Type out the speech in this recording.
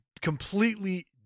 completely